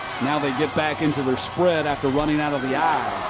now they get back into their spread after running out of the i.